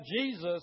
Jesus